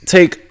Take